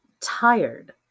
tired